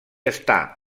està